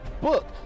book